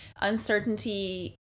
uncertainty